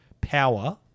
power